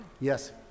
Yes